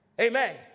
amen